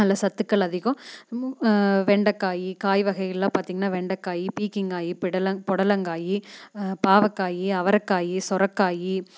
நல்ல சத்துக்கள் அதிகம் வெண்டைக்காய் காய் வகைகளெல்லாம் பார்த்தீங்கன்னா வெண்டைக்காய் பீக்கிங்காய் பிடலம் புடலங்காயி பாவக்காய் அவரக்காய் சுரக்காயி